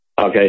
Okay